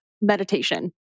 meditation